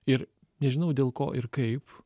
ir nežinau dėl ko ir kaip